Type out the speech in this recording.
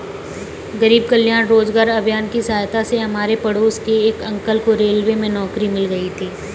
गरीब कल्याण रोजगार अभियान की सहायता से हमारे पड़ोस के एक अंकल को रेलवे में नौकरी मिल गई थी